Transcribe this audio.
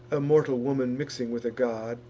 a mortal woman mixing with a god.